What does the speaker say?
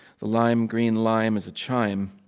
the lime green lime is a chime.